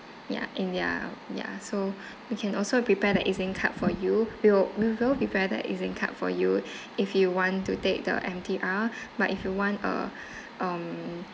ya in there ya so we can also prepare the E_Z link card for you we will we will prepare the E_Z link card for you if you want to take the M_T_R but if you want a um